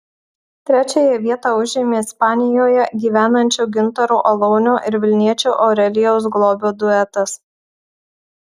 trečiąją vietą užėmė ispanijoje gyvenančio gintaro alaunio ir vilniečio aurelijaus globio duetas